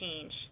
change